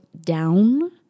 down